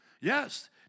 Yes